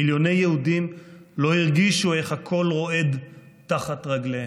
מיליוני יהודים לא הרגישו איך הכול רועד תחת רגליהם.